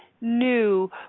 new